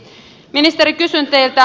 ministeri kysyn teiltä